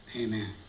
Amen